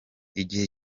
igihe